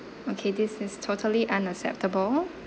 okay this is totally unacceptable